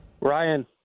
Ryan